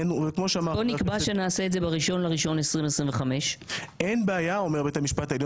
בוא נקבע שנעשה את זה ב-1 בינואר 2025. אין בעיה אומר בית המשפט העליון